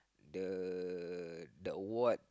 the the award